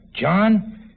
John